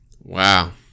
Wow